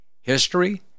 history